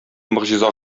могҗиза